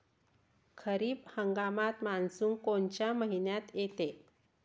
खरीप हंगामात मान्सून कोनच्या मइन्यात येते?